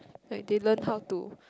like they learn how to